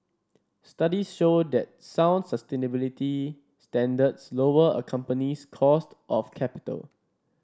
studies show that sound sustainability standards lower a company's cost of capital